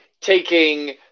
taking